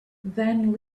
then